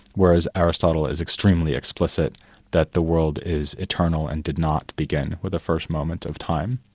whereas aristotle is extremely explicit that the world is eternal and did not begin with a first moment of time.